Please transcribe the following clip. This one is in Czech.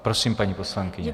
Prosím, paní poslankyně.